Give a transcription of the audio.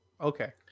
Okay